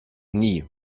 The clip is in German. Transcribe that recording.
nie